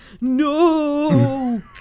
No